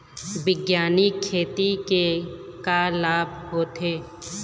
बैग्यानिक खेती के का लाभ होथे?